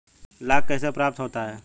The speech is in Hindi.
लाख कैसे प्राप्त होता है?